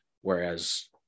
whereas